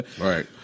right